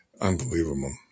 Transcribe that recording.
unbelievable